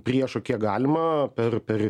priešo kiek galima per per